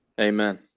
Amen